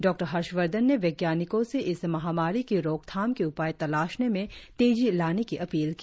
doctor Harshvardhan ने वैज्ञानिकों से इस महामारी की रोकथाम के उपाय तलाशने में तेजी लाने की अपील की